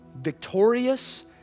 victorious